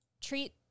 treat